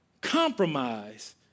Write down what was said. Compromise